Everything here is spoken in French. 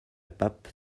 pape